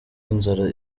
inzara